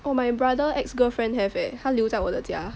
oh my brother ex-girlfriend have eh 还留在我的家